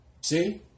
See